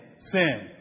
sin